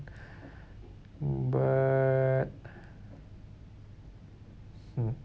but mm